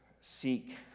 seek